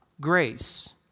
grace